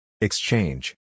Exchange